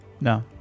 No